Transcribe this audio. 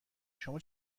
شما